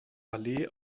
allee